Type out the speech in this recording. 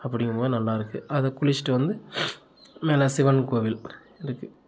அப்படிங்கம்போது நல்லா இருக்குது அதில் குளித்திட்டு வந்து மேலே சிவன் கோவில் இருக்குது